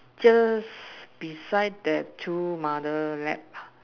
just beside that two mother lap